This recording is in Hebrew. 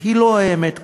היא לא האמת כולה.